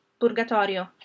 Purgatorio